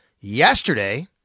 yesterday